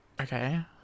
Okay